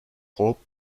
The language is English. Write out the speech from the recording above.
hope